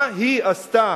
מה היא עשתה